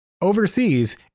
overseas